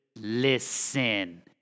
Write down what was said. Listen